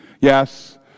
Yes